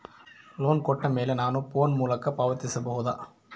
Loan ಕೊಟ್ಟ ಮೇಲೆ ನಾನು ಫೋನ್ ಮೂಲಕ ಪಾವತಿಸಬಹುದಾ?